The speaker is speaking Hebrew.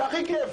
זה הכי כייף,